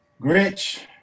Grinch